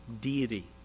deity